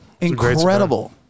Incredible